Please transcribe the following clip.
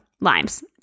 limes